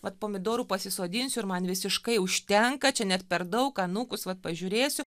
vat pomidorų pasisodinsiu ir man visiškai užtenka čia net per daug anūkus vat pažiūrėsiu